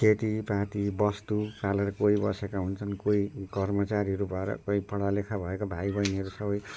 खेतीपाती वस्तु पालेर कोही बसेका हुन्छन् कोही कर्मचारीहरू भएर कोही पढ लेख भएका भाइ बहिनीहरू सबै